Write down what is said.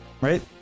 right